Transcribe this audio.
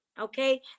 okay